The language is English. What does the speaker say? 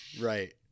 Right